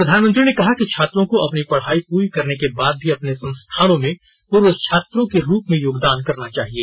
प्रधानमंत्री ने कहा कि छात्रों को अपनी पढ़ाई पूरी करने के बाद भी अपने संस्थानों में पूर्व छात्रों के रूप में योगदान करना चाहिए